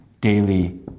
Daily